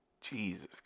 Jesus